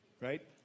right